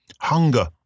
Hunger